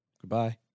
Goodbye